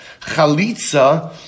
chalitza